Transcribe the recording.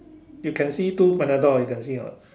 you can see two Panadol you can see or not